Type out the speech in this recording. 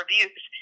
reviews